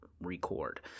Record